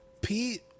Pete